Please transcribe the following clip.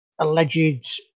alleged